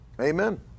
Amen